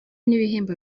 n’ibihembo